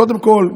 קודם כול,